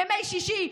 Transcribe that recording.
ימי שישי,